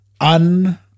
un